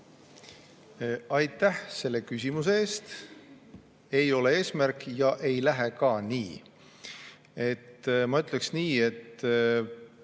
Aitäh selle küsimuse eest! Ei ole eesmärki ja ei lähe ka nii. Ma ütleksin nii, et